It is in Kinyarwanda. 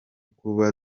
kuba